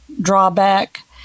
drawback